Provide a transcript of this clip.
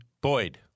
Boyd